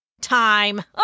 Time